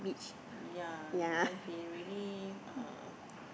ya then he really uh